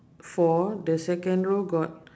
four the second row got